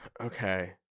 okay